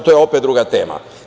To je opet druga tema.